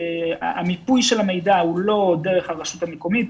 המיפוי של המידע הוא לא דרך הרשות המקומית.